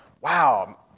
wow